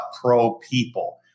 pro-people